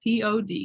pod